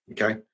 okay